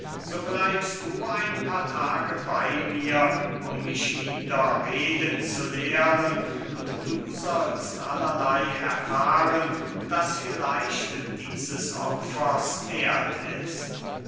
so bleibst du ein paar tage bey mir um mich wieder reden zu lehren und du sollst allerley erfahren das vielleicht dieses opfers werth ist